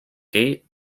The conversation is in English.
gate